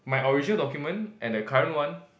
my original document and the current one